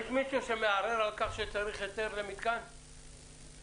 יש מישהו שמערער על כך שצריך היתר למתקן גז?